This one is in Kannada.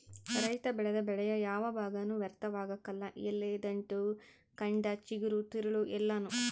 ರೈತ ಬೆಳೆದ ಬೆಳೆಯ ಯಾವ ಭಾಗನೂ ವ್ಯರ್ಥವಾಗಕಲ್ಲ ಎಲೆ ದಂಟು ಕಂಡ ಚಿಗುರು ತಿರುಳು ಎಲ್ಲಾನೂ